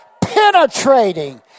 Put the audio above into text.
penetrating